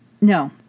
No